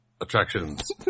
attractions